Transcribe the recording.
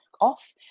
off